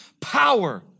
power